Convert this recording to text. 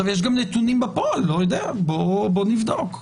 יש גם נתונים בפועל, לא יודע, בוא נבדוק.